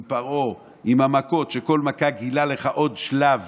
עם פרעה, עם המכות, שכל מכה גילתה לך עוד שלב